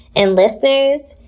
and listeners,